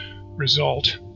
result